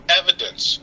evidence